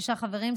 שישה חברים,